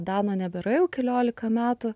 dano nebėra jau keliolika metų